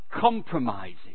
compromising